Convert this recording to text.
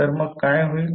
तर मग काय होईल